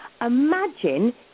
Imagine